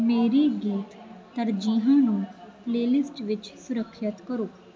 ਮੇਰੀ ਗੀਤ ਤਰਜੀਹਾਂ ਨੂੰ ਪਲੇਲਿਸਟ ਵਿੱਚ ਸੁਰੱਖਿਅਤ ਕਰੋ